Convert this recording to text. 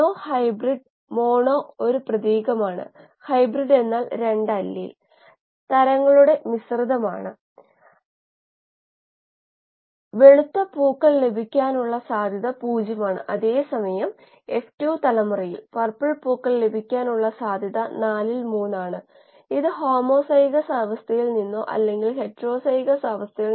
സ്ഥിരമായ impeller tip സ്പീഡിനായി നമ്മൾ തിരയുന്നു ഇംപെല്ലർ ടിപ്പ് നിങ്ങൾക്കറിയാമോ ഇംപെല്ലർ വ്യാസം Di 𝜋𝐷i ആണ് അത് സൃഷ്ടിക്കുന്ന വൃത്തം കറങ്ങുന്ന ദൂരം ആയിരിക്കും